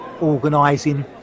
organising